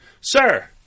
Sir